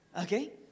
Okay